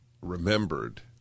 remembered